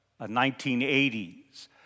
1980s